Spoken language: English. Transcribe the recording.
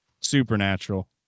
supernatural